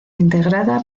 integrada